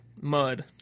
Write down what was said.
mud